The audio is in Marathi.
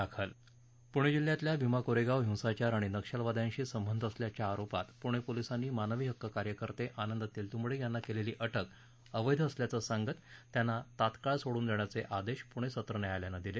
दाखल प्णे जिल्ह्यातल्या भीमा कोरेगाव हिंसाचार आणि नक्षलवाद्यांशी संबंध असल्याच्या आरोपात पुणे पोलिसांनी मानवी हक्क कार्यकर्ते आनंद तेलतुंबडे यांना केलेली अटक अवैध असल्याचं सांगत त्यांना तात्काळ सोडून देण्याचे आदेश पुणे सत्र न्यायालयानं दिले